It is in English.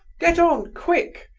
get on, quick!